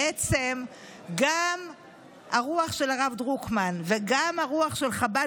בעצם גם הרוח של הרב דרוקמן וגם הרוח של חב"ד,